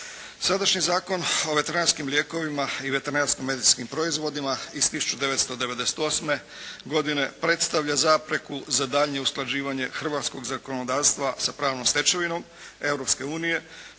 Sadašnji zakon o veterinarskim lijekovima i veterinarsko-medicinskim proizvodima iz 1998. godine predstavlja zapreku za daljnje usklađivanje hrvatskog zakonodavstva sa pravnom stečevinom